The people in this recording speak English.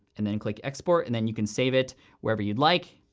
and then click export, and then you can save it wherever you'd like.